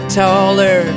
taller